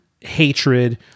hatred